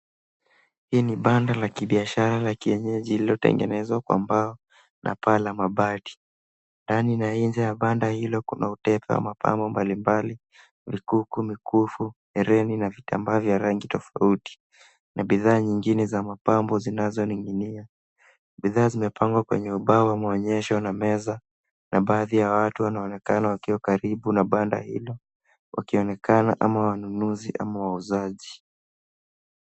Hii ni banda la kibiashara la kienyeji lililotengenezwa kwa mbao na paa la mabati. Ndani na nje ya banda hilo kuna utepa wa mapambo mbalimbali ukiwa mikufu, hereni na vitambaa tofauti na bidhaa zingine za mapambo zinazoning'inia. Bidha zimepangwa kwenye ubao wa mwonesho na meza na baadhi ya watu wanaonekana wakiwa karibu na banda hilo wakionekama ama wanunuzi ama wauzaji.